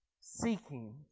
seeking